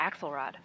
Axelrod